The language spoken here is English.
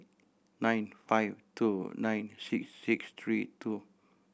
nine five two nine six six three two